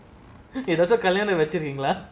okay that's a collaborative england